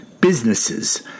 businesses